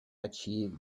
achieve